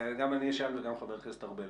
גם אני אשאל וגם חבר הכנסת ארבל.